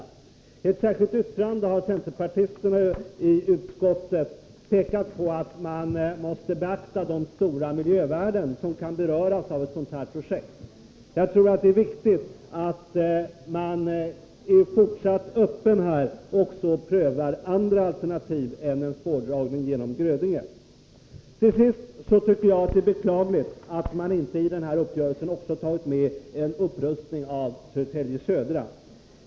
I ett särskilt yttrande, som fogats till betänkandet, har centerpartisterna i utskottet pekat på att man måste beakta de stora miljövärden som kan beröras av ett sådant projekt. Jag tror att det är viktigt att man också fortsättningsvis är öppen för att pröva andra alternativ än en spårdragning genom Grödinge. Till sist tycker jag att det är beklagligt att man i denna uppgörelse inte tagit med en upprustning av Södertälje Södra.